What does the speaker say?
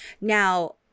Now